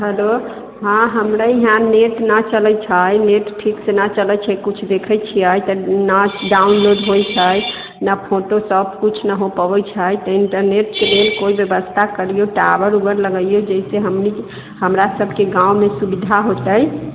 hello हँ हमरा इहाँ नेट नऽ चलै छै नेट ठीकसे न चलै छै किछु देखै छियै तऽ ने डाउनलोड होइ छै ने फोटोशॉप किछु ने हो पबैत छै तऽ इन्टरनेटके लेल कोइ व्यवस्था करियौ टावर उबर लगैयौ जाहिसँ हमनी हमरासभके गाममे सुविधा होतै